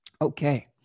Okay